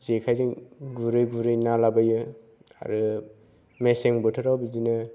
जेखायजों गुरै गुरै ना लाबोयो आरो मेसें बोथोराव बिदिनो